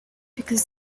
because